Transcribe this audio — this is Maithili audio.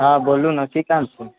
हँ बोलु ना कि काम छै